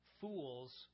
Fools